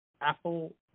Apple